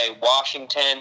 Washington